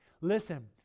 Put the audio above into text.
Listen